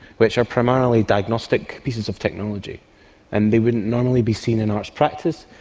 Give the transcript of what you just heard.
which are primarily diagnostic pieces of technology and they wouldn't normally be seen in arts practice.